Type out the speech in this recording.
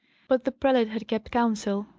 but the prelate had kept counsel,